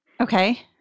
Okay